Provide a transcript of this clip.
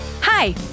Hi